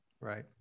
Right